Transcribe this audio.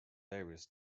various